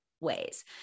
ways